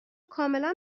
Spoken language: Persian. کاملا